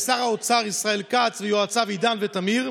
לשר האוצר ישראל כץ ויועציו עידן ותמיר,